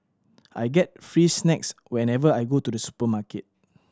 I get free snacks whenever I go to the supermarket